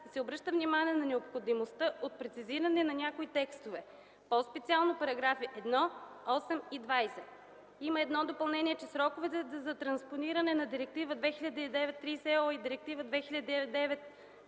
се обръща внимание на необходимостта от прецизиране на някои текстове, по-специално параграфи 1, 8 и 20. Има и едно допълнение, че сроковете за транспониране на Директива 2009/30 ЕО и Директива 2009/29